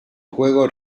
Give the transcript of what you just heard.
juego